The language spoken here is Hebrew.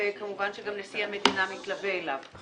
וכמובן שגם נשיא המדינה מתלווה אליו.